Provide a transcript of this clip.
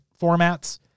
formats